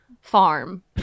farm